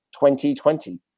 2020